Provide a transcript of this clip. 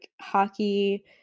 hockey